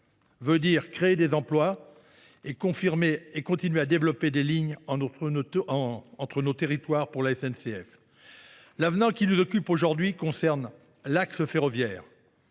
signifie créer des emplois et continuer à développer des lignes SNCF entre nos territoires. L’avenant qui nous occupe aujourd’hui concerne l’axe ferroviaire.